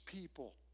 people